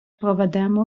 проведемо